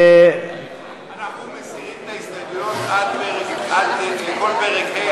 אנחנו מסירים את ההסתייגויות מכל פרק ה',